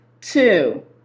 Two